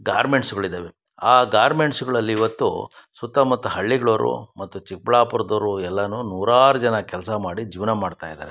ಗಾರ್ಮೆಂಟ್ಸಗಳಿದ್ದಾವೆ ಆ ಗಾರ್ಮೆಂಟ್ಸಗಳಲ್ಲಿ ಇವತ್ತು ಸುತ್ತಮುತ್ತ ಹಳ್ಳಿಗಳವರು ಮತ್ತು ಚಿಕ್ಕಬಳ್ಳಾಪುರ್ದವ್ರು ಎಲ್ಲನು ನೂರಾರು ಜನ ಕೆಲಸ ಮಾಡಿ ಜೀವನ ಮಾಡ್ತಾ ಇದ್ದಾರೆ